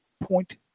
point